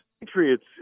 Patriots